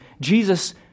Jesus